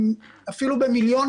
אפילו במיליונים,